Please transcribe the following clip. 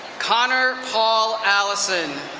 connor paul alison,